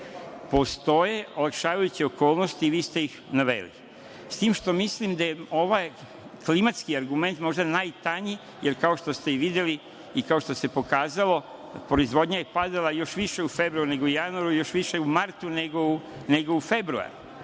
Postoje olakšavajuće okolnosti i vi ste ih naveli, s tim što mislim da je ovaj klimatski argument možda najtanji, jer kao što ste videli i kao što se pokazalo, proizvodnja je padala još više u februaru nego u januaru, a još više u martu nego u februaru